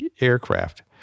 aircraft